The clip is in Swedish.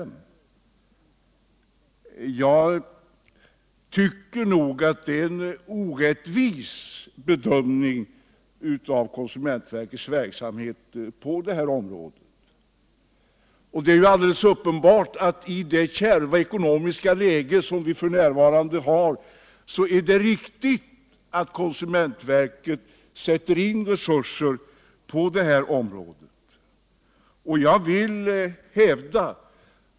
Jag anser att det är en orättvis bedömning av konsumentverkets verksamhet på det här området. Det är alldeles uppenbart att det i nuvarande kärva ekonomiska läge är riktigt att konsumentverket sätter in resurser på detta område.